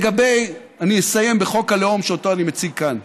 אני אסיים בחוק הלאום שאני מציג כאן.